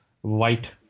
white